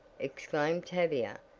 exclaimed tavia,